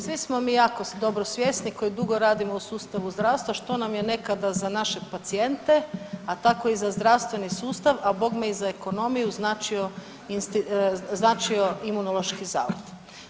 Svi smo mi jako dobro svjesni koji dugo radimo u sustavu zdravstva što nam je nekada za naše pacijente, a tako i za zdravstveni sustav, a bogme i za ekonomiju značio Imunološki zavod.